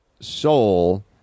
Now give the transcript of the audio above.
soul